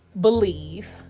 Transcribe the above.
believe